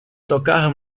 tocar